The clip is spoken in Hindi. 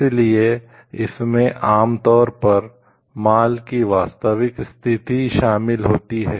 इसलिए इसमें आमतौर पर माल की वास्तविक स्थिति शामिल होती है